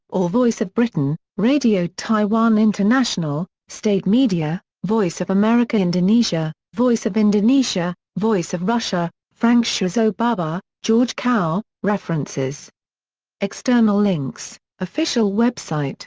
or voice of britain radio taiwan international state media voice of america indonesia voice of indonesia voice of russia frank shozo baba george kao references external links official website